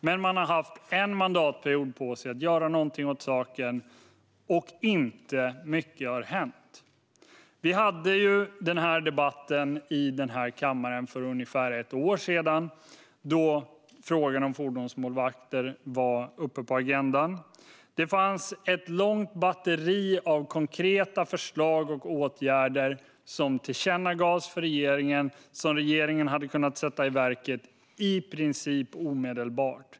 Men man har haft en mandatperiod på sig att göra någonting åt saken, och det har inte hänt mycket. Vi hade en debatt om detta i kammaren för ungefär ett år sedan, då frågan om fordonsmålvakter var uppe på agendan. Det fanns ett stort batteri av konkreta förslag till åtgärder som tillkännagavs till regeringen och som regeringen hade kunnat sätta i verket i princip omedelbart.